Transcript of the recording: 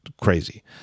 crazy